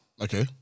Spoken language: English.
okay